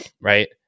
right